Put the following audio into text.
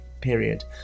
period